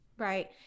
Right